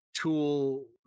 tool